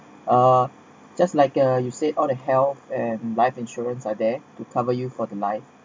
uh just like uh you said of the health and life insurance are there to cover you for the life